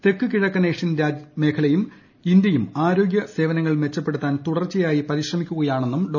തെക്ക് കിഴക്ക് ഏഷ്യൻ മേഖലയും ഇന്ത്യയും ആരോഗ്യ സേവനങ്ങൾ മെച്ചപ്പെടുത്താൻ തുടർച്ചയായി പരിശ്രമിക്കുകയാണെന്നും ഡോ